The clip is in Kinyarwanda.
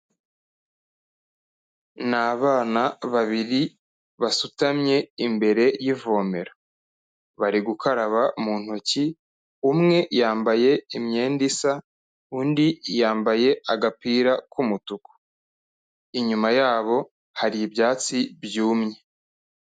Ni abana babiri, basutamye imbere y'ivomero, bari gukaraba mu ntoki, umwe yambaye imyenda isa, undi yambaye agapira k'umutuku. Inyuma yabo hari ibyatsi byumye.